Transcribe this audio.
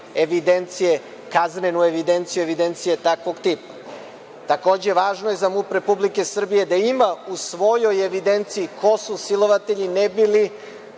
evidencije, kaznenu evidenciju, evidencije takvog tipa. Takođe, važno je za MUP Republike Srbije da ima u svojoj evidenciji ko su silovatelji ne bi li